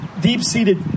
deep-seated